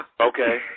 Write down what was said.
Okay